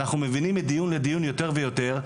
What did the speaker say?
אנחנו מבינים מדיון לדיון יותר ויותר,